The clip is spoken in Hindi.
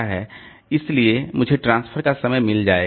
इसलिए इससे मुझे ट्रांसफर का समय मिल जाएगा